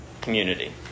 community